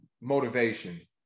motivation